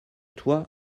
toi